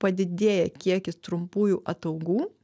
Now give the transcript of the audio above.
padidėja kiekis trumpųjų ataugų